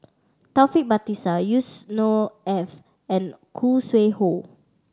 Taufik Batisah Yusnor Ef and Khoo Sui Hoe